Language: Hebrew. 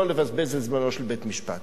לא נבזבז את זמנו של בית-המשפט.